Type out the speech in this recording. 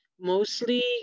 mostly